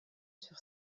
sur